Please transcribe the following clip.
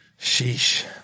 Sheesh